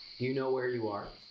you know where you are?